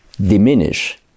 diminish